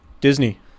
Disney